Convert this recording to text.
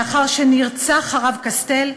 לאחר שנרצח הרב קסטל,